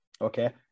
okay